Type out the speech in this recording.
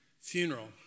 funeral